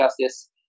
justice